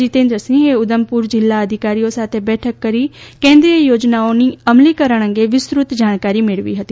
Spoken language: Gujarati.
જીતેન્દ્રસિંહે ઉધમપુર જીલ્લા અધિકારીઓ સાથે બેઠક કરી કેન્દ્રિય યોજનાઓની અમલીકરણ અંગે વિસ્તૃત જાણકારી મેળવી હતી